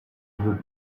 veux